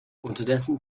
unterdessen